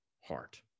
heart